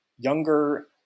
younger